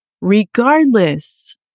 regardless